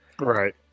Right